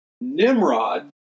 Nimrod